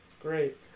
Great